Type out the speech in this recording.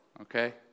okay